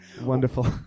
Wonderful